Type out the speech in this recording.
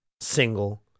single